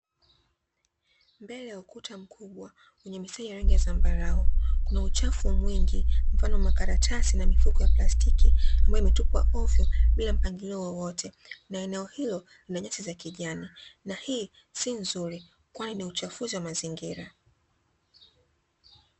Mbele ya ukuta mkubwa wenye mistari ya rangi ya zambarau kuna uchafu mwingi mfano makaratasi na mifuko ya plastiki ambayo imetupwa ovyo bila mpangilio wowote na eneo hilo lina nyasi za kijani na hii sio nzuri kwani uchafuzi wa mazingira.